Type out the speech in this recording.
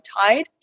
tide